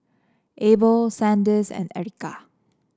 Abel Sanders and Ericka